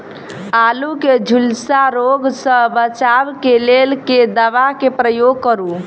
आलु केँ झुलसा रोग सऽ बचाब केँ लेल केँ दवा केँ प्रयोग करू?